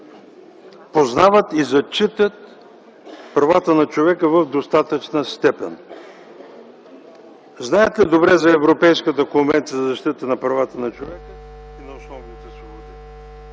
познават и зачитат правата на човека в достатъчна степен, знаят ли добре за Европейската конвенция за защита правата на човека и на основните свободи?